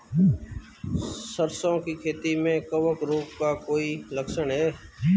सरसों की खेती में कवक रोग का कोई लक्षण है?